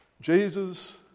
Jesus